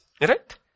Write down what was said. right